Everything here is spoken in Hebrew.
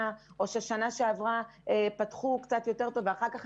או שפתחו טוב בשנה שעברה ונפלו במרץ.